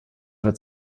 wird